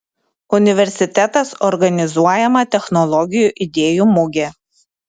universitetas organizuojama technologijų idėjų mugė